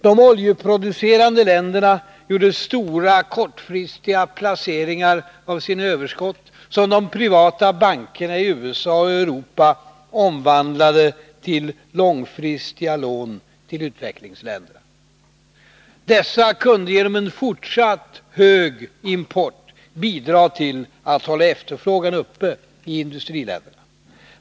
De oljeproducerande länderna gjorde stora kortfristiga placeringar av sina överskott, som de privata bankerna i USA och Europa omvandlade till långfristiga lån till utvecklingsländerna. Dessa kunde genom en fortsatt hög import bidra till att hålla efterfrågan uppe i industriländerna.